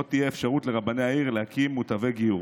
שבו תהיה אפשרות לרבני העיר להקים מותבי גיור.